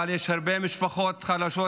אבל יש הרבה משפחות חלשות,